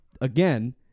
Again